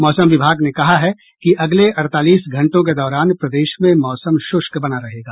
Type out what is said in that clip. मौसम विभाग ने कहा है कि अगले अड़तालीस घंटों के दौरान प्रदेश में मौसम शुष्क बना रहेगा